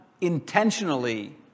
intentionally